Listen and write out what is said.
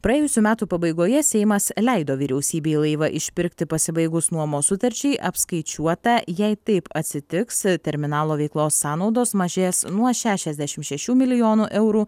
praėjusių metų pabaigoje seimas leido vyriausybei laivą išpirkti pasibaigus nuomos sutarčiai apskaičiuota jei taip atsitiks terminalo veiklos sąnaudos mažės nuo šešiasdešim šešių milijonų eurų